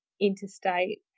interstate